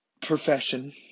profession